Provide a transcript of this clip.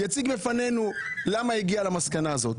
יציג לפנינו למה הוא הגיע למסקנה הזאת.